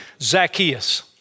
Zacchaeus